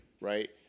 right